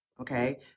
Okay